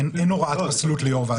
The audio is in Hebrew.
אין הוראת פסלות ליו"ר ועדת הבחירות.